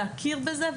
להכיר בזה,